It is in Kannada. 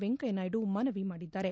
ವೆಂಕಯ್ಲನಾಯ್ಡು ಮನವಿ ಮಾಡಿದ್ದಾರೆ